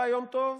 בא יום טוב,